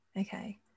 okay